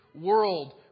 world